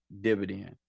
dividend